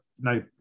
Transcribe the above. no